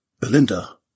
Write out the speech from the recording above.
Belinda